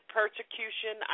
persecution